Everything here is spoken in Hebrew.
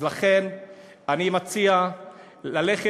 אז לכן אני מציע ללמוד,